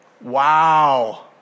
Wow